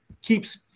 keeps